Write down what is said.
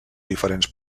diferents